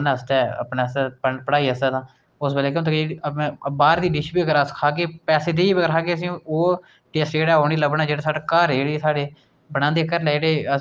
ते इक्क दिन केह् कीता कुसै नै परदा हटाई दित्ता की ओह् जेह्ड़ा परदा ऐ लोकें दी नज़र पेई इक्क जनानियें उप्पर